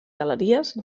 galeries